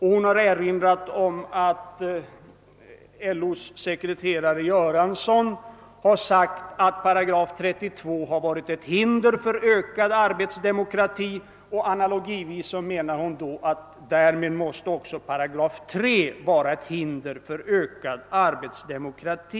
Hon har erinrat om att LO:s sekreterare Gunnarsson har sagt att § 32 har varit ett hinder för ökad arbetsdemokrati, och analogivis menar hon att därmed också 3 § måste vara ett hinder för ökad arbetsdemokrati.